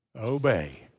obey